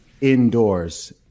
indoors